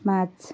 पाँच